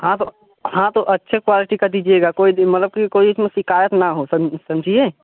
हाँ तो हाँ तो अच्छे क्वालटी का दिजिएगा कोई मतलब कि कोई इसमें शिकायत ना हो सम समझिए